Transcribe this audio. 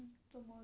mm 做么 leh